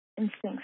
instinct